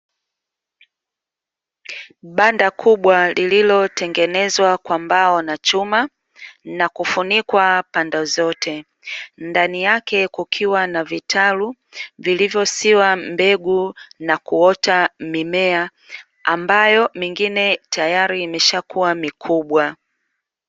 Banda kubwa lililotengenezwa kwa mbao na chuma na kufunikwa pande zote, ndani yake kukiwa na vitalu vilivyosiwa mbegu na kuota mimea ambayo mingine tayari imeshakua mikubwa.